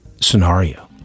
Scenario